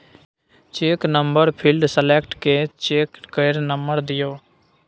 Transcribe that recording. cheque number field select कए cheque केर number दियौ